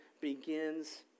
begins